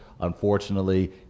Unfortunately